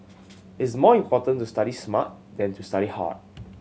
it is more important to study smart than to study hard